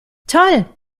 toll